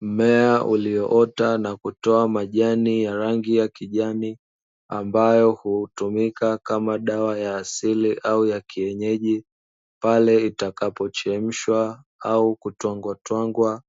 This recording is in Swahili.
Mmea ulioota na kutoa majani ya rangi ya kijani ambayo hutumika kama dawa ya asili au ya kienyeji pale itakapo chemshwa, au kutwangwatwangwa